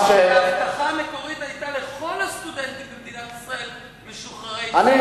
ההבטחה המקורית היתה לכל הסטודנטים במדינת ישראל משוחררי צה"ל,